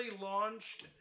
launched